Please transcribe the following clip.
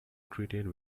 greeted